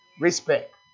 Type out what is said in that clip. Respect